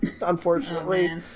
unfortunately